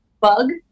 bug